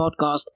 podcast